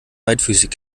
beidfüßig